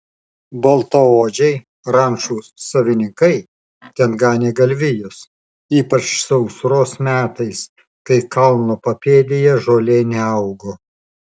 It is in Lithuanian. baltaodžiai rančų savininkai ten ganė galvijus ypač sausros metais kai kalno papėdėje žolė neaugo